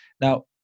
Now